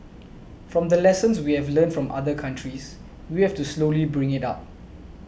from the lessons we have learnt from other countries we have to slowly bring it up